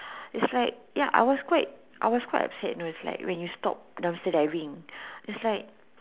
it's like ya I was I was quite upset you know when you stop dumpster diving is like